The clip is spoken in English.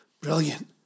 Brilliant